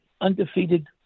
undefeated